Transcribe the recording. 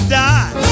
die